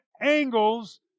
angles